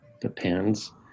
Depends